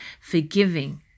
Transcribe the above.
forgiving